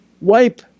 wipe